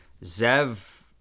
Zev